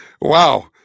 Wow